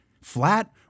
Flat